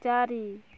ଚାରି